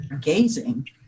gazing